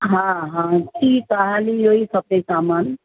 हा हा ठीकु आहे हाली इहो ई खपे सामानु